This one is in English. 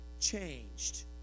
changed